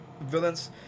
villains